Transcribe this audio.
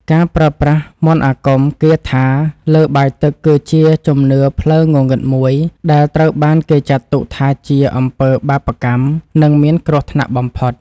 ការប្រើប្រាស់មន្តអាគមគាថាលើបាយទឹកគឺជាជំនឿផ្លូវងងឹតមួយដែលត្រូវបានគេចាត់ទុកថាជាអំពើបាបកម្មនិងមានគ្រោះថ្នាក់បំផុត។